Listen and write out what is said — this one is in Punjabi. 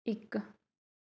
ਇੱਕ